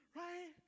right